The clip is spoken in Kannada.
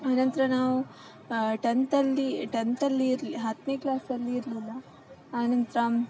ಆನಂತರ ನಾವು ಟೆಂತಲ್ಲಿ ಟೆಂತಲ್ಲಿ ಇರಲಿ ಹತ್ತನೇ ಕ್ಲಾಸಲ್ಲಿ ಇರಲಿಲ್ಲ ಆನಂತರ